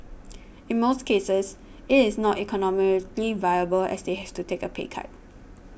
in most cases it is not economically viable as they have to take a pay cut